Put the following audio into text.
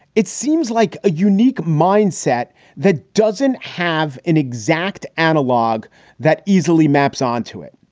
it seems like a unique mindset that doesn't have an exact analog that easily maps onto it.